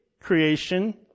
creation